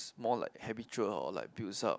more like habitual or like builds up